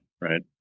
right